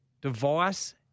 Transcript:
Device